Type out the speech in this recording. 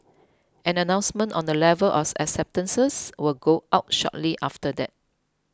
an announcement on the level of acceptances will go out shortly after that